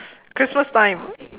Christmas time